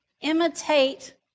imitate